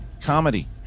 Comedy